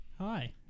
hi